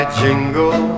jingle